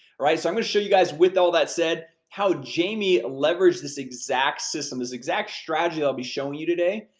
alright, so i'm gonna show you guys, with all that said, how jamie leveraged this exact system, this exact strategy i'll be showing you today,